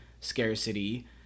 scarcity